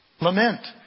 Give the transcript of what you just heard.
Lament